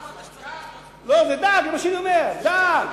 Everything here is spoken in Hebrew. צלופחים, תגיד לי, מישהו בארץ מגדל צלופחים?